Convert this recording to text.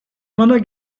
kolay